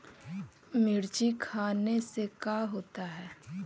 मिर्ची खाने से का होता है?